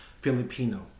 Filipino